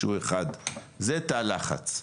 שהוא 1. זה תא לחץ.